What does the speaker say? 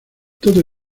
todo